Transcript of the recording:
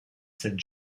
cette